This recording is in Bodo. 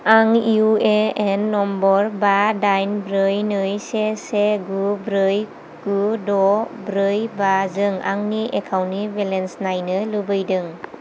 आं इउएएन नम्बर बा डाइन ब्रै नै से से गु ब्रै गु द' ब्रै बा जों आंनि एकाउन्टनि बेलेन्स नायनो लुबैदों